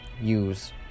Use